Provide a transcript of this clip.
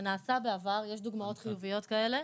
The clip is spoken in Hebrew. זה נעשה בעבר, יש דוגמאות חיוביות כאלה.